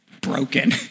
broken